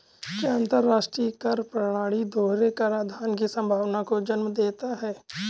क्या अंतर्राष्ट्रीय कर प्रणाली दोहरे कराधान की संभावना को जन्म देता है?